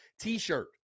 t-shirt